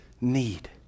need